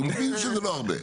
כי הוא מבין שזה לא הרבה.